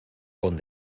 con